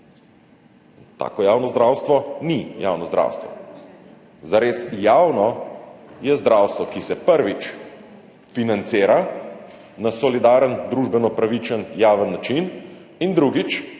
Takšno javno zdravstvo ni javno zdravstvo. Zares javno je zdravstvo, ki se, prvič, financira na solidaren, družbeno pravičen, javen način, in drugič,